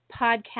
podcast